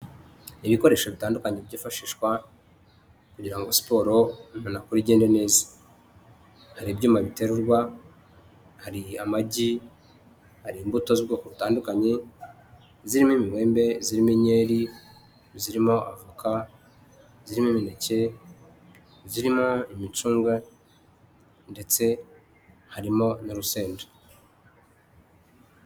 Ibikoresho bitandukanye byifashishwa kugirango siporo umuntu akora igende neza, hari ibyuma biterurwa hari amagi, hari imbuto z'ubwoko butandukanye zirimo imibembe z'inkeri zirimo avoka n'imineke, zirimo imicunga ndetse harimo n'urusenda.